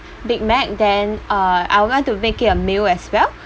big mac then uh I would like to make it a meal as well